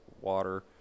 water